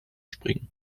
springen